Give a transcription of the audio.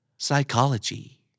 Psychology